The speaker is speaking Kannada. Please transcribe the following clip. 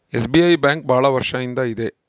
ಎಸ್.ಬಿ.ಐ ಬ್ಯಾಂಕ್ ಭಾಳ ವರ್ಷ ಇಂದ ಇದೆ